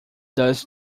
does